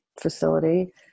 facility